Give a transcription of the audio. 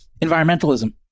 environmentalism